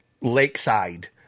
Lakeside